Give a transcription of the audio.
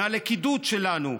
מהלכידות שלנו,